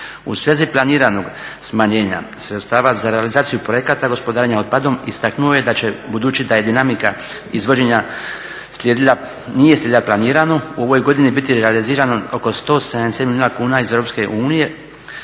U svezi planiranog smanjenja sredstava za realizaciju projekata gospodarenja otpadom istaknuo je da će budući da dinamika izvođenja nije slijedila planirano u ovoj godini biti realizirano oko 170 milijuna kuna iz Europske unije